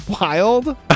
wild